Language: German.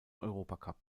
europacup